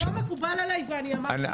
זה לא מקובל עליי, ואמרתי זאת לאיתן.